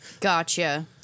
Gotcha